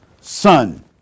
son